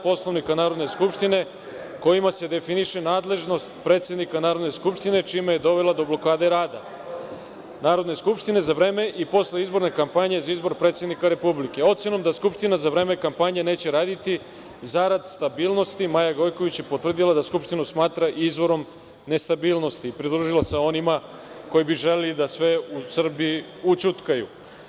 Poslovnika Narodne skupštine kojima se definiše nadležnost predsednika Narodne skupštine, čime je dovela do blokade rada Narodne skupštine za vreme i posle izborne kampanje za izbor predsednika Republike, ocenom da Skupština za vreme kampanje neće raditi zarad stabilnosti Maje Gojković i potvrdila da Skupštinu smatra i izvorom nestabilnosti i pridružila se onima koji bi želeli da sve u Srbiji ućutkaju.